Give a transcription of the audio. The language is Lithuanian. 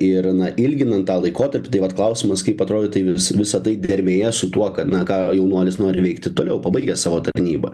ir na ilginant tą laikotarpį tai vat klausimas kaip atrodo tai visa tai dermėje su tuo na ką jaunuolis nori veikti toliau pabaigęs savo tarnybą